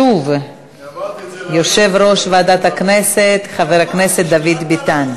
שוב יושב-ראש ועדת הכנסת חבר הכנסת דוד ביטן.